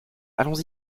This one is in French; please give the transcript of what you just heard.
allons